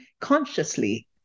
consciously